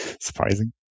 surprising